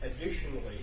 Additionally